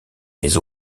les